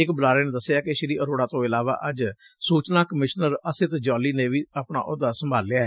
ਇਕ ਬੁਲਾਰੇ ਨੇ ਦੱਸਿਆ ਕਿ ਅਰੋੜਾ ਤੋਂ ਇਲਾਵਾ ਅੱਜ ਸੁਚਨਾ ਕਮਿਸ਼ਨਰ ਅਸਿਤ ਜੌਲੀ ਨੇ ਵੀ ਆਪਣਾ ਅਹੁਦਾ ਸੰਭਾਲਿਐ